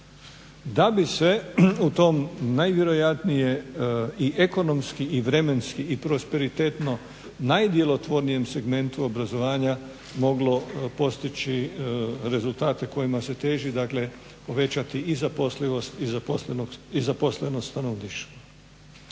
Da bi se u tom najvjerojatnije i ekonomski i vremenski i prosperitetno najdjelotvornijem segmentu obrazovanja moglo postići rezultate kojima se teži dakle povećati i zaposlivost i zaposlenost stanovništva.